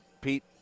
Pete